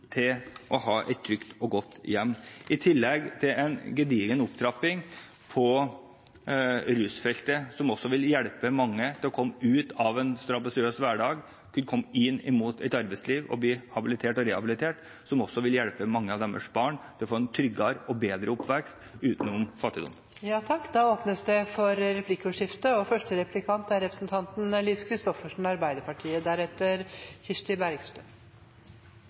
til å ha et trygt og godt hjem. I tillegg er det en gedigen opptrapping på rusfeltet, som også vil hjelpe mange til å komme ut av en strabasiøs hverdag og inn i et arbeidsliv, til å bli habilitert og rehabilitert, noe som også vil hjelpe mange av deres barn til å få en tryggere og bedre oppvekst